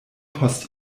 post